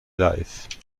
life